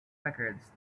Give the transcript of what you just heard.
records